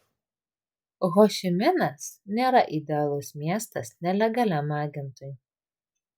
hošiminas nėra idealus miestas nelegaliam agentui